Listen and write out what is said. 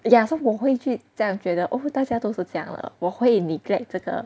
ya so 我会去这样觉得 okay 大家都是这样了我会 neglect 这个